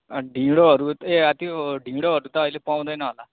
अँ ढिँडोहरू ए त्यो ढिँडोहरू त अहिले पाउँदैन होला